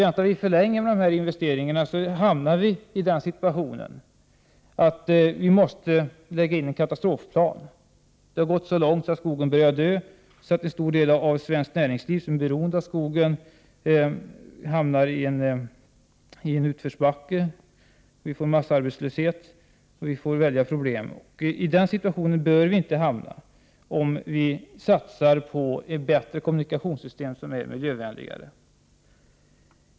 Om man väntar för länge med dessa investeringar — om skogen börjar dö, och om en stor del av svenskt näringsliv, som är beroende av skogen, hamnar i en utförsbacke, vilket i sin tur leder till massarbetslöshet och andra problem —- kommer man att bli tvungen att tillgripa en katastrofplan. Men om man satsar på ett bättre kommunikationssystem som är miljövänligt borde Sverige inte hamna i den situationen.